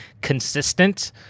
consistent